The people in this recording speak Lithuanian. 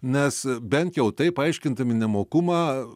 nes bent jau taip aiškindami nemokumą